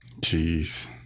Jeez